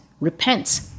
repent